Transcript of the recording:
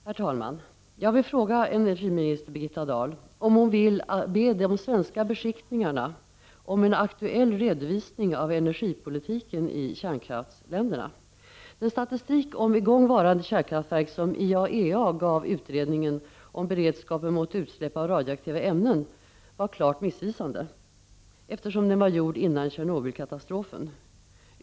Herr talman! Jag vill fråga energiminister Birgitta Dahl om hon vill be de svenska beskickningarna om en aktuell redovisning av energipolitiken i kärnkraftsländerna. Den statistik om i gång varande kärnkraftverk som IAEA gav utredningen om beredskap mot utsläpp av radioaktiva ämnen var klart missvisande, eftersom den var gjord före Tjernobylkatastrofen.